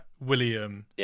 William